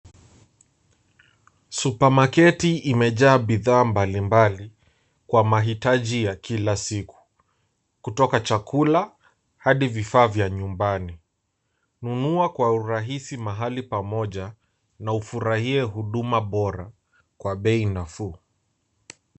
Supamaketi imejaa bidhaa mbalimbali kwa mahitaji ya kila siku kutoka chakula hadi vifaa vya nyumbani. Nunua kwa urahisi mahali pamoja na ufurahie huduma bora kwa bei nafuu.